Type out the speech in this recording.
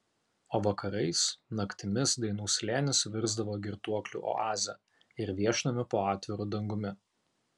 o vakarais naktimis dainų slėnis virsdavo girtuoklių oaze ir viešnamiu po atviru dangumi